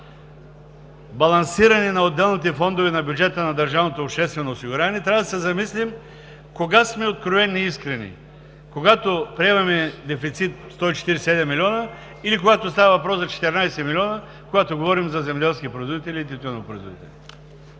балансиране на отделните фондове на бюджета на държавното обществено осигуряване, трябва да се замислим кога сме откровени и искрени – когато приемаме дефицит 147 милиона или когато става въпрос за 14 милиона, когато говорим за земеделски производители и тютюнопроизводители.